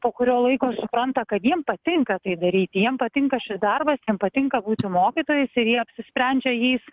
po kurio laiko supranta kad jiem patinka tai daryti jiem patinka šis darbas jiem patinka būti mokytojais ir jie apsisprendžia jais